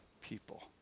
people